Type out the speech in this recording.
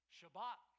Shabbat